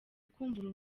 rwatangiye